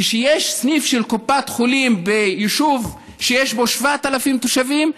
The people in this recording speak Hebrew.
כשיש סניף של קופת חולים ביישוב שיש בו 7,000 תושבים,